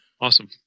Awesome